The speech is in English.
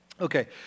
Okay